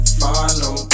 follow